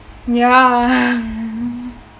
ya